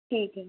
ठीक है